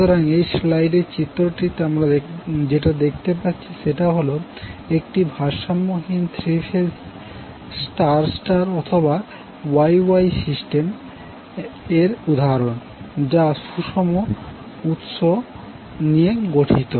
সুতরাং এই স্লাইডের চিত্রটিতে আমরা যেটা দেখতে পাচ্ছি সেটা হল একটি ভারসাম্যহীন থ্রি ফেজ স্টার স্টার অথবা Y Y সিস্টেম এর উদাহরণ যা সুষম উৎস নিয়ে গঠিত